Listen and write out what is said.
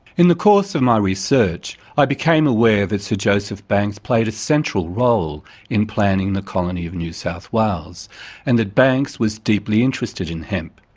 in the course of my research i became aware that sir joseph banks played a central role in planning the colony of new south wales and that banks was deeply interested in hemp.